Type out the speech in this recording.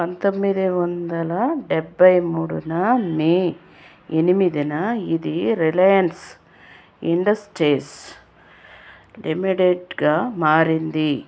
పంతొమ్మిది వందల డెబ్బై మూడు మే ఎనిమిది ఇది రిలయన్స్ ఇండస్ట్రీస్ లిమిటెడ్గా మారింది